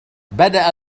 بدأ